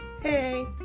Hey